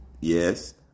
yes